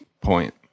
point